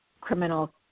criminal